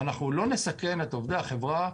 אנחנו לא נסכן את עובדי החברה,